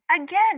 Again